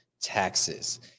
taxes